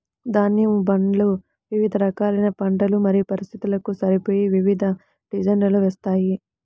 ధాన్యం బండ్లు వివిధ రకాలైన పంటలు మరియు పరిస్థితులకు సరిపోయే వివిధ డిజైన్లలో వస్తాయి